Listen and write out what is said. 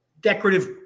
decorative